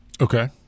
Okay